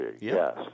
yes